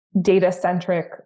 data-centric